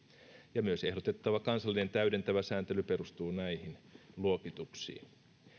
ja myös ehdotettava kansallinen täydentävä sääntely perustuu näihin luokituksiin